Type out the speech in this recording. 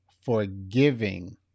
forgiving